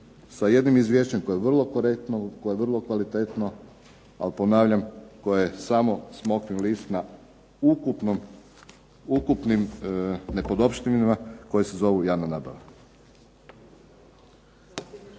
sa jednim izvješćem koje je vrlo korektno, koje je vrlo kvalitetno, ali ponavljam koje je samo smokvin list na ukupnim nepodopštinama koje se zovu javna nabava.